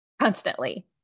constantly